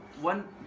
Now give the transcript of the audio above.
one